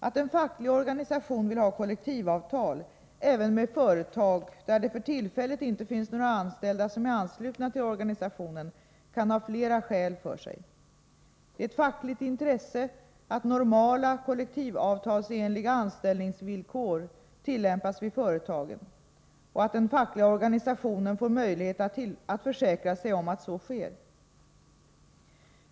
Att en facklig organisation vill ha kollektivavtal även med företag där det för tillfället inte finns några anställda som är anslutna till organisationen kan ha flera skäl för sig. Det är ett fackligt intresse att normala kollektivavtalsenliga anställningsvillkor tillämpas vid företagen och att den fackliga organisationen får möjlighet att försäkra sig om att så sker.